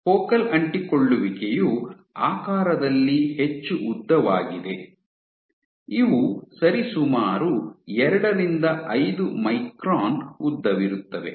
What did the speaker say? focal ಅಂಟಿಕೊಳ್ಳುವಿಕೆಯು ಆಕಾರದಲ್ಲಿ ಹೆಚ್ಚು ಉದ್ದವಾಗಿದೆ ಇವು ಸರಿಸುಮಾರು ಎರಡರಿಂದ ಐದು ಮೈಕ್ರಾನ್ ಉದ್ದವಿರುತ್ತವೆ